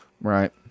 Right